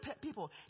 people